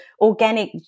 organic